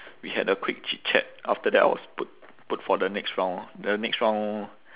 we had a quick chit chat after that I was put put for the next round the next round